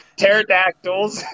Pterodactyls